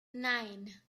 nine